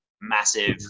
massive